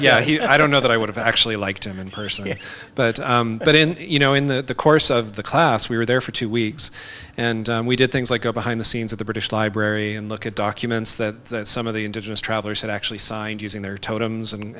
yeah yeah i don't know that i would have actually liked him in person but but in you know in the course of the class we were there for two weeks and we did things like go behind the scenes of the british library and look at documents that some of the indigenous travelers had actually signed using their